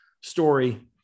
story